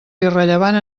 irrellevant